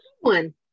one